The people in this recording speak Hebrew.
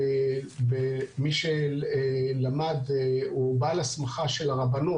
מי שהוא בעל הסמכה של הרבנות,